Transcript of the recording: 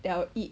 that I'll eat